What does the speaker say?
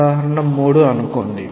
ఉదాహరణ 3 అనుకోండి